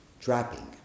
trapping